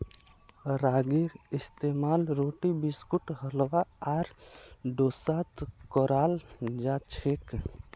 रागीर इस्तेमाल रोटी बिस्कुट हलवा आर डोसात कराल जाछेक